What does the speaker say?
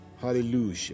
Hallelujah